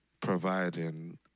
providing